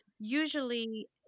usually